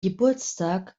geburtstag